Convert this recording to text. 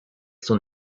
son